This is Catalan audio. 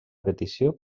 petició